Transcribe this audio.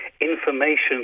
information